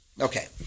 Okay